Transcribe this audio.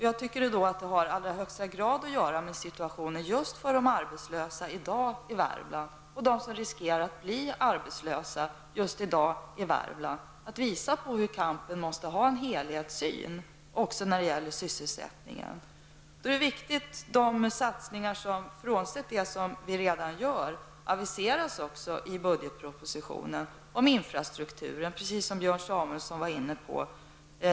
Jag tycker att det i allra högsta grad har att göra med situationen för dem som i dag är arbetslösa i Värmland eller riskerar att bli det att visa på att vi i kampen också måste ha en helhetssyn när det gäller sysselsättningen. Frånsett vad vi redan gör aviseras i budgetpropositionen satsningar på infrastrukturen, som Björn Samuelson var inne på.